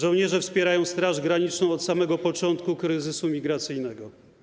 Żołnierze wspierają Straż Graniczną od samego początku kryzysu migracyjnego.